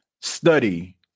study